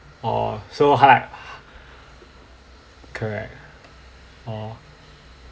orh so hard correct orh